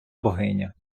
богиня